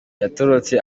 yatorotse